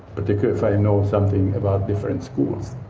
particularly if i know something about different schools.